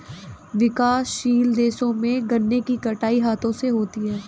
विकासशील देशों में गन्ने की कटाई हाथों से होती है